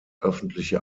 öffentliche